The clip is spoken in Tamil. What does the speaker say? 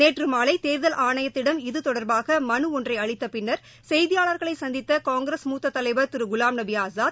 நேற்று மாலை தேர்தல் ஆணையத்திடம் இது தொடர்பாக மனு ஒன்றை அளித்த பின்னர் செய்தியாளர்களை சந்தித்த காங்கிரஸ் மூத்த தலைவர் திரு குவாம்நபி ஆஸாத்